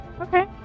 Okay